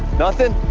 nothing?